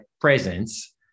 presence